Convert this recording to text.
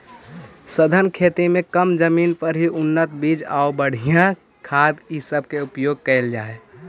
सघन खेती में कम जमीन पर ही उन्नत बीज आउ बढ़ियाँ खाद ई सब के उपयोग कयल जा हई